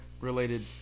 related